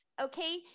Okay